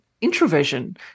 introversion